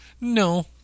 No